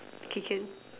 okay can